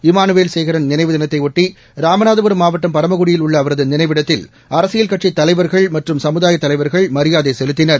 Emmanuel Sekaran நினைவு தினத்தை ஷட்டி ராமநாதபுரம் மாவட்டம் பரமக்குடியில் உள்ள அவரது நினைவிடத்தில் அரசியல் கட்சித் தலைவர்கள் மற்றும் சமுதாய தலைவர்கள் மரியாதை செலுத்தினர்